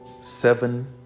seven